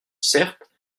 certes